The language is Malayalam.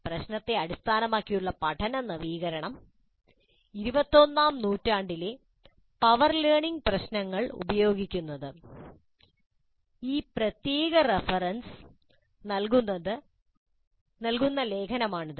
"പ്രശ്നത്തെ അടിസ്ഥാനമാക്കിയുള്ള പഠന നവീകരണം 21 ാം നൂറ്റാണ്ടിലെ പവർ ലേണിംഗിന് പ്രശ്നങ്ങൾ ഉപയോഗിക്കുന്നത്" ഈ പ്രത്യേക റഫറൻസ് നൽകുന്ന ലേഖനമാണിത്